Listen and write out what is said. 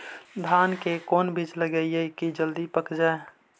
धान के कोन बिज लगईयै कि जल्दी पक जाए?